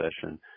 session